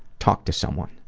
talk to someone.